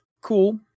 cool